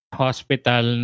hospital